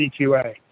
CQA